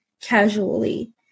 casually